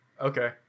Okay